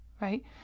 right